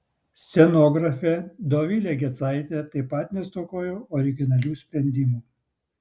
scenografė dovilė gecaitė taip pat nestokojo originalių sprendimų